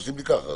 עושים לי ככה.